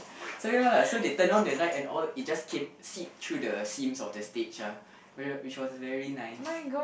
so ya lah so they turn on the light and all it just came seep through the seams of the stage ah which was which was very nice